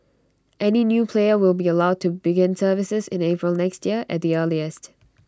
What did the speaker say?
any new player will be allowed to begin services in April next year at the earliest